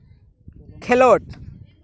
ᱠᱷᱮᱞᱳᱰ